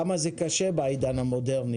קשה בעידן המודרני